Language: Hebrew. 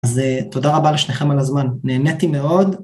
אז תודה רבה לשניכם על הזמן, נהניתי מאוד..